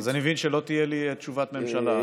אז אני מבין שלא תהיה לי תשובת ממשלה.